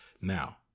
Now